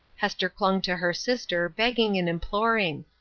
hester clung to her sister, begging and imploring.